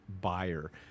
buyer